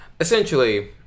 essentially